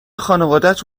خانوادت